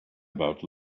about